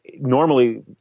normally